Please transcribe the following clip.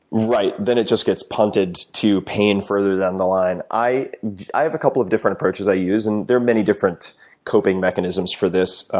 right. then it just gets punted to paying further down the line. i i have a couple of different approaches i use and there are many different coping mechanisms for this,